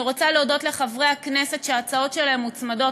אני רוצה להודות לחברי הכנסת שההצעות שלהם מוצמדות,